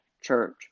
church